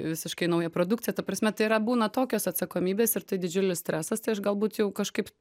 visiškai nauja produkcija ta prasme tai yra būna tokios atsakomybės ir tai didžiulis stresas tai aš galbūt jau kažkaip